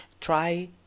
Try